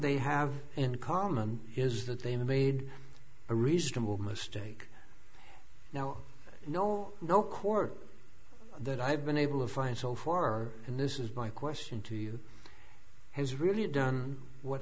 they have in common is that they made a reasonable mistake now no no court that i've been able to find so far and this is my question to you has really done what